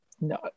No